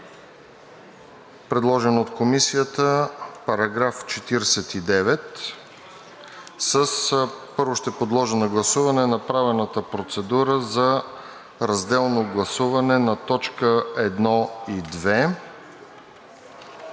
предложен от Комисията § 49, но първо ще подложа на гласуване направената процедура за разделно гласуване на т. 1 и т.